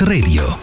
Radio